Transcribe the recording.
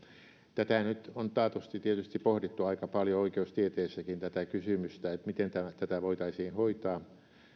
tätä kysymystä nyt on tietysti taatusti pohdittu aika paljon oikeustieteessäkin miten tätä voitaisiin hoitaa